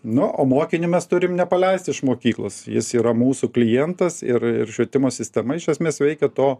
nu o mokinį mes turim nepaleist iš mokyklos jis yra mūsų klientas ir ir švietimo sistema iš esmės veikia to